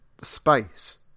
space